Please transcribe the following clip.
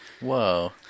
Whoa